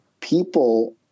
people